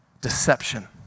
deception